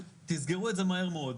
תסגרו את זה מהר מאוד,